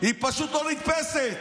היא פשוט לא נתפסת.